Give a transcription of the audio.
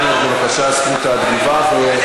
בבקשה, זכות התגובה.